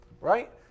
right